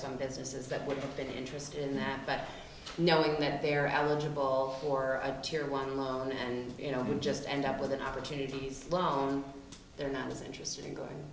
some businesses that would get interested in that but knowing that they are eligible for a chair one loan and you know you just end up with an opportunities loan they're not as interested in going